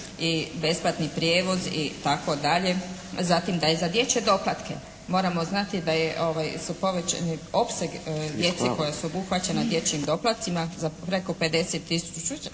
i besplatni prijevoz itd. Zatim, da je za dječje doplatke moramo znati da je povećan opseg djece koja su obuhvaćena dječjim doplatcima za preko 50 tisuća